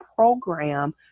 program